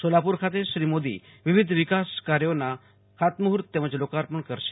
સોલાપુર ખાતે શ્રી મોદી વિવિધ વિકાસ કાર્યોના ખાતમુહૂર્ત તેમજ લોકાર્પણ કરશે